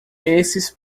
esses